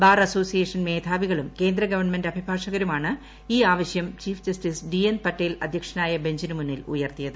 bar association മേധാവികളും കേന്ദ്ര government അഭിഭാഷകരുമാണ് ഈ ആവശ്യം chief justice D N Patel അധ്യക്ഷനായ ബഞ്ചിന് മുന്നിൽ ഉയർത്തിയത്